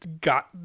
got